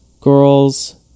girls